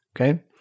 Okay